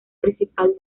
principal